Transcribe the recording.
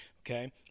okay